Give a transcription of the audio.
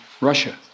Russia